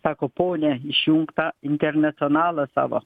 sako ponia išjunk tą internacionalą savo